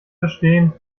verstehen